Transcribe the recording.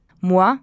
moi